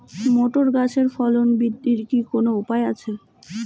Motor গাছের ফলন বৃদ্ধির কি কোনো উপায় আছে?